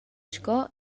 sco